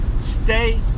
stay